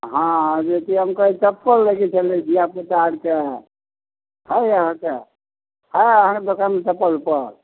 हँ जे कि हम कहै चप्पल लैके छलै धिआपुता आरके हय आहाँके हैय आहाँके दोकानमे चप्पल उप्पल